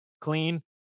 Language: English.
clean